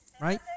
right